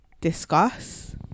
discuss